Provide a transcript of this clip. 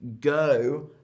Go